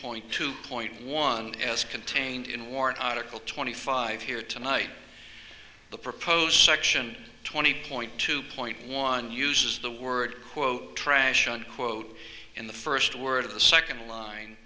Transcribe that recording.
point two point one as contained in warren article twenty five here tonight the proposed section twenty point two point one uses the word quote trash unquote in the first word of the second line